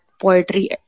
poetry